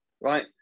right